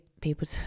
people